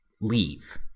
leave